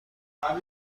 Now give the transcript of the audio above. بله